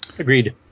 Agreed